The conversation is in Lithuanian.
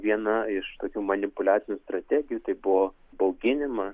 viena iš tokių manipuliacinių strategijų tai buvo bauginimas